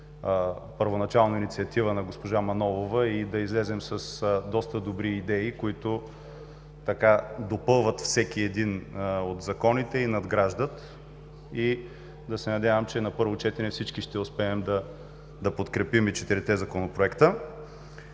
първоначална инициатива на госпожа Манолова и да излезем с доста добри идеи, които допълват всеки един от законите и надграждат. Надявам се, че на първо четене всички ще успеем да подкрепим и четирите законопроекта.